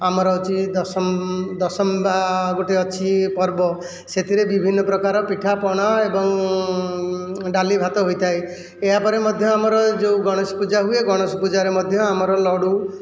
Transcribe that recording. ଆମର ଅଛି ଦଶମ ଦଶମୀ ବା ଗୋଟେ ଅଛି ପର୍ବ ସେଥିରେ ବିଭିନ୍ନ ପ୍ରକାର ପିଠା ପଣା ଏବଂ ଡାଲି ଭାତ ହୋଇଥାଏ ଏହାପରେ ମଧ୍ୟ ଆମର ଯେଉଁ ଗଣେଶ ପୂଜା ହୁଏ ଗଣେଶ ପୂଜାରେ ମଧ୍ୟ ଆମର ଲଡ଼ୁ